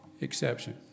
exception